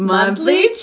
Monthly